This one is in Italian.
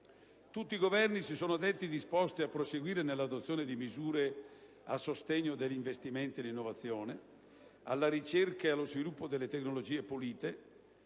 Tutti i Governi si sono detti disposti a proseguire nell'adozione di misure a sostegno degli investimenti all'innovazione, alla ricerca ed allo sviluppo delle tecnologie pulite,